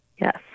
Yes